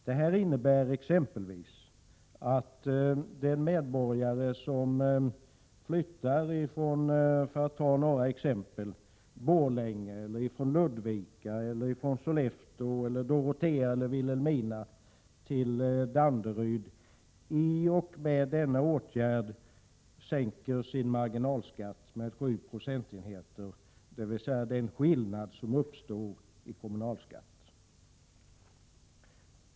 Detta innebär exempelvis att den medborgare som flyttar från Borlänge, Ludvika, Sollefteå, Dorotea eller Vilhelmina till Danderyd i och med denna åtgärd sänker sin marginalskatt med 7 procentenheter. Det är den skillnad som uppstår i kommunalskatt.